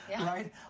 right